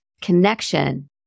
connection